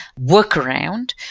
workaround